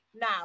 now